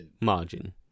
margin